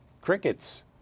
Crickets